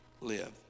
live